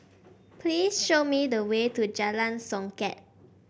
please show me the way to Jalan Songket